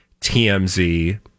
TMZ